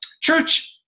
Church